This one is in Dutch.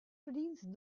verdient